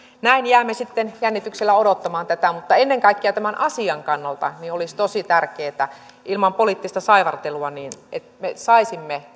näin jäämme sitten jännityksellä odottamaan tätä mutta ennen kaikkea tämän asian kannalta olisi tosi tärkeätä ilman poliittista saivartelua että me saisimme